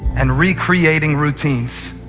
and recreating routines.